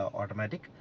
automatic